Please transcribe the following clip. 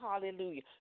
hallelujah